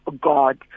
God